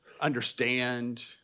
understand